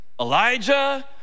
Elijah